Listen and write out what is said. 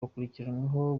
bakurikiranyweho